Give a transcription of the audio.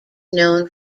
known